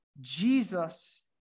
Jesus